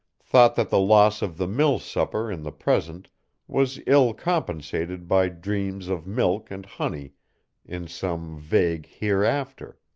thought that the loss of the mill supper in the present was ill compensated by dreams of milk and honey in some vague hereafter.